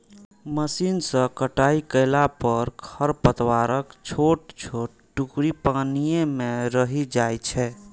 machine सं कटाइ कयला पर खरपतवारक छोट छोट टुकड़ी पानिये मे रहि जाइ छै